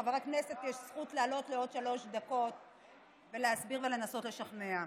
לחבר הכנסת יש זכות לעלות לעוד שלוש דקות ולהסביר ולנסות לשכנע.